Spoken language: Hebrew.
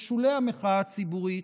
בשולי המחאה הציבורית,